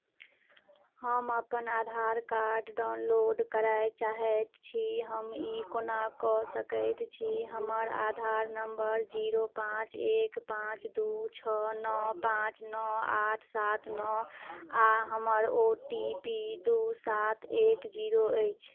हम अपन Aadhaar card download करय चाहैत छी हम ई कोना कऽ सकैत छी हमर आधार नम्बर जीरो पाँच एक पाँच दू छओ नओ पाँच नओ आठ सात नओ आ हमर ओ टी पी दू सात एक जीरो अछि